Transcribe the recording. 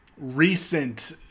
recent